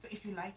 mm